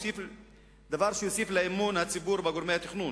דבר שיוסיף לאמון הציבור בגורמי התכנון,